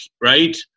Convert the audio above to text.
right